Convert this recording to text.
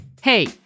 Hey